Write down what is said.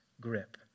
grip